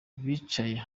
bicaye